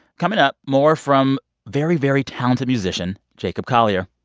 coming up, more from very, very talented musician jacob collier.